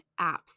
apps